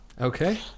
Okay